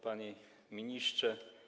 Panie Ministrze!